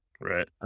Right